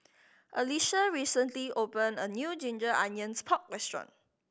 Alycia recently opened a new ginger onions pork restaurant